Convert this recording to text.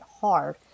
hard